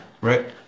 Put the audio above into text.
Right